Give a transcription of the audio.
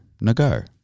Nagar